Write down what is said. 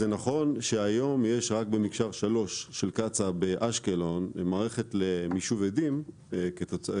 זה נכון שהיום יש רק במקשר 3 של קצ"א באשקלון מערכת למישוב אדים כדי